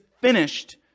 finished